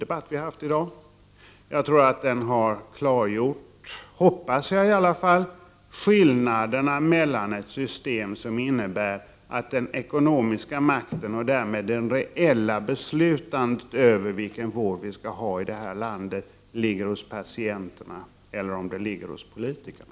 Jag hoppas i alla fall att den har klargjort skillnaden mellan ett system där den ekonomiska makten, och därmed den reella beslutanderätten över vilken vård vi skall ha i det här landet, ligger hos patienterna och ett system där den makten ligger hos politkerna.